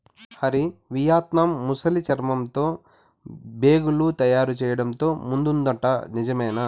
Hari, Vietnam ముసలి చర్మంతో బేగులు తయారు చేయడంతో ముందుందట నిజమేనా